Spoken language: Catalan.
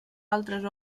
altres